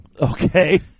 Okay